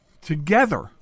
together